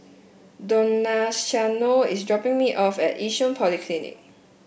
Donaciano is dropping me off at Yishun Polyclinic